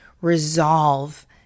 resolve